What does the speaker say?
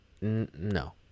No